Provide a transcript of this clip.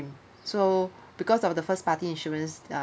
so because of the first party insurance